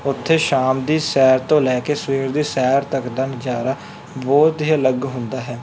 ਉੱਥੇ ਸ਼ਾਮ ਦੀ ਸੈਰ ਤੋਂ ਲੈ ਕੇ ਸਵੇਰ ਦੀ ਸੈਰ ਤੱਕ ਦਾ ਨਜ਼ਾਰਾ ਬਹੁਤ ਹੀ ਅਲੱਗ ਹੁੰਦਾ ਹੈ